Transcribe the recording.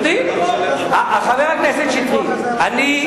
המשרדים, חבר הכנסת שטרית, לסיים.